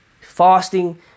Fasting